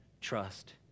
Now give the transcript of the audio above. trust